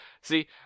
See